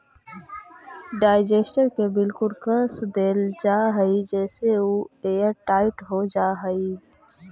digester के बिल्कुल कस देल जा हई जेसे उ एयरटाइट हो जा हई